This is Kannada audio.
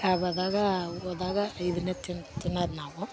ಡಾಬಾದಾಗ ಹೋದಾಗ ಇದನ್ನೇ ತಿನ್ನು ತಿನ್ನೋದು ನಾವು